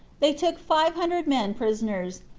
they took five hundred men prisoners,